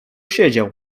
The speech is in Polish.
siedział